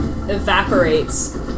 evaporates